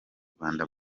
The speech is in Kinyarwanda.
rwanda